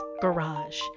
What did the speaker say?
garage